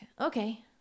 okay